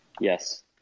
Yes